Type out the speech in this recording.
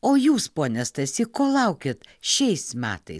o jūs pone stasy ko laukiat šiais metais